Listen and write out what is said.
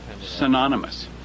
synonymous